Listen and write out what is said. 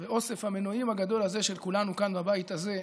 באוסף המנועים הגדול הזה של כולנו כאן, בבית הזה,